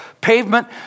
pavement